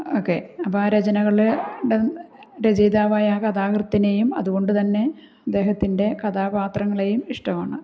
ഒക്കെ അപ്പം ആ രചനകളുടെ രചയിതാവായ ആ കഥാകൃത്തിനെയും അതുകൊണ്ടു തന്നെ അദ്ദേഹത്തിൻ്റെ കഥാപാത്രങ്ങളെയും ഇഷ്ടമാണ്